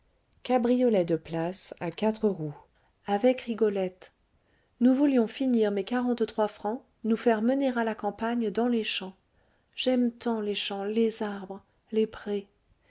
avec rigolette nous voulions finir mes quarante-trois francs nous faire mener à la campagne dans les champs j'aime tant les champs les arbres les prés